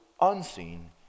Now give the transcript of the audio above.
unseen